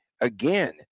again